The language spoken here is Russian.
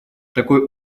такой